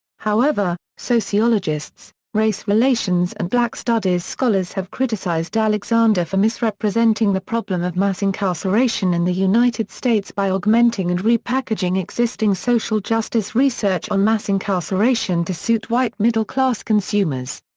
however, sociologists, race relations and black studies scholars have criticized alexander for misrepresenting the problem of mass-incarceration in in the united states by augmenting and repackaging existing social justice research on mass-incarceration to suit white middle-class consumers.